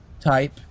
type